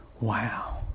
Wow